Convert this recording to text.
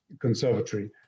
conservatory